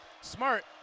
Smart